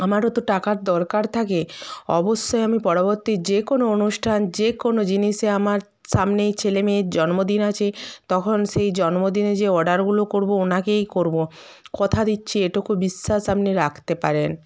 আমারো তো টাকার দরকার থাকে অবশ্যই আমি পরবর্তী যে কোনো অনুষ্ঠান যে কোনো জিনিসে আমার সামনেই ছেলে মেয়ের জন্মদিন আছে তখন সেই জন্মদিনে যে অর্ডারগুলো করবো ওনাকেই করবো কথা দিচ্ছি এটুকু বিশ্বাস আপনি রাখতে পারেন